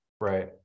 right